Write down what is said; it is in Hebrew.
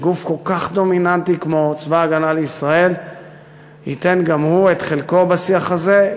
גוף כל כך דומיננטי כמו צבא הגנה לישראל ייתן גם הוא את חלקו בשיח הזה,